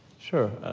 sure.